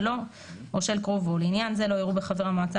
שלו או של קרובו; לעניין זה לא יראו בחבר המועצה